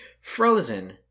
Frozen